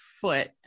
foot